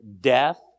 death